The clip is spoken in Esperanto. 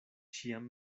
ĉiam